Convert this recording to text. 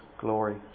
glory